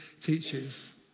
teaches